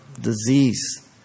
disease